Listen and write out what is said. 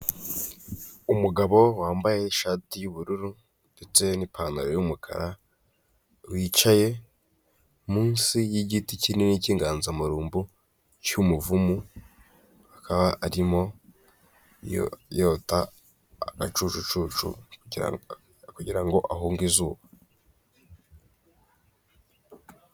Umugabo wambaye ishati y'ubururu ndetse n'ipantaro y'umukara wicaye munsi yigiti kinini cy'yinganzamarumbo cy'umuvumu akaba arimo yota agacucucu kugirango ahunge izuba.